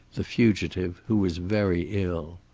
the fugitive, who was very ill.